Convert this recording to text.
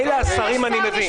מילא השרים, אני מבין.